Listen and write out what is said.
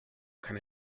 can